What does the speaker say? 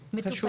מקסים, זה חשוב.